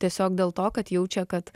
tiesiog dėl to kad jaučia kad